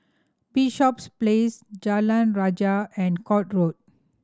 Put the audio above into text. Bishops Place Jalan Rajah and Court Road